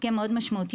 הסכן מאוד משמעותי,